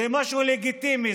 זה משהו לגיטימי.